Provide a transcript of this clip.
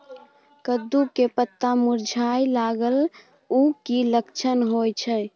कद्दू के पत्ता मुरझाय लागल उ कि लक्षण होय छै?